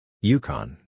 Yukon